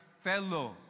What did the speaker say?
fellow